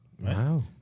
Wow